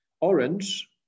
Orange